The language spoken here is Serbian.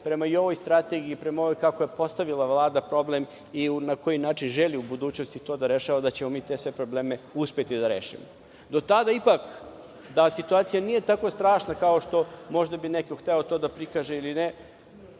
prema ovoj strategiji i prema ovome kako je Vlada postavila problem i na koji način želi u budućnosti to da rešava, da ćemo u budućnosti sve probleme uspeti da rešimo. Do tada, ipak situacija nije tako strašna kako što bi možda neko hteo da prikaže ili ne,